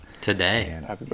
Today